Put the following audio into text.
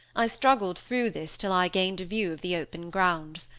i struggled through this till i gained a view of the open grounds.